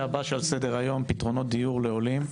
הבא שעל סדר היום: פתרונות דיור לעולים,